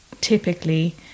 typically